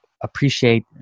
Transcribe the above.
appreciate